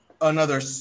another-